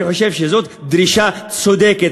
אני חושב שזאת דרישה צודקת.